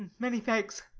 many thanks.